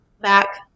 Back